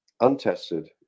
untested